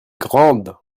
grande